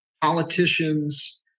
politicians